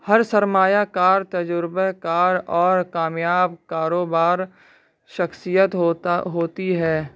ہر سرمایہ کار تجربہ کار اور کامیاب کاروبار شخصیت ہوتا ہوتی ہے